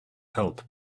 help